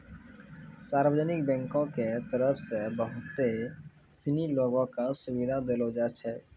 सार्वजनिक बैंको के तरफ से बहुते सिनी लोगो क सुविधा देलो जाय छै